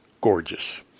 gorgeous